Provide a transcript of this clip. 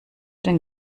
den